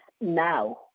now